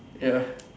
ya